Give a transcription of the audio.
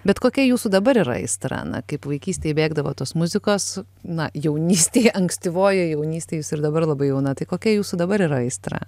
bet kokia jūsų dabar yra aistra na kaip vaikystėj bėgdavot tos muzikos na jaunystėje ankstyvojoje jaunystėje jūs ir dabar labai jauna tai kokia jūsų dabar yra aistra